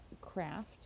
craft